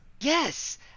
Yes